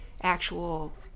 actual